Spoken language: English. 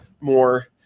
more